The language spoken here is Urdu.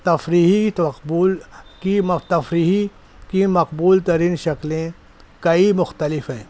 تفریحی تقبول کی تفریحی کی مقبول ترین شکلیں کئی مختلف ہیں